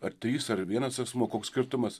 ar trys ar vienas asmuo koks skirtumas